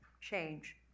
change